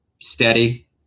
steady